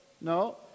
No